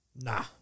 Nah